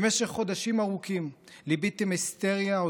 במשך חודשים ארוכים ליביתם היסטריה על